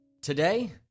Today